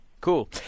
Cool